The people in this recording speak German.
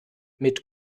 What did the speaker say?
mit